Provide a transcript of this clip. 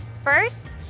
first,